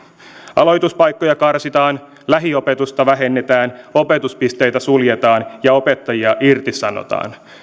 aloituspaikkoja karsitaan lähiopetusta vähennetään opetuspisteitä suljetaan ja opettajia irtisanotaan